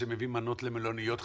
כשהוא מביא מנות למלוניות,